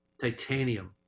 titanium